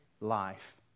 life